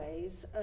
ways